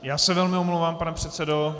Já se velmi omlouvám, pane předsedo.